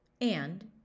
And